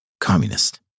Communist